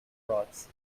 frauds